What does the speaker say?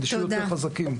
כדי שיהיו יותר חזקים.